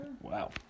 Wow